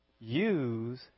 use